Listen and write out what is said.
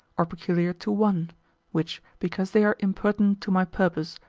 or peculiar to one which, because they are impertinent to my purpose,